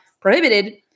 prohibited